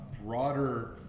broader